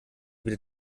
bitte